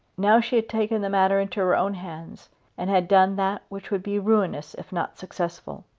now she had taken the matter into her own hands and had done that which would be ruinous if not successful.